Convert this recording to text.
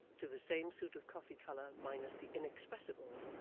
to the same suit of coffee-colour minus the inexpressibles,